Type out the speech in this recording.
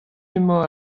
emañ